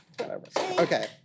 Okay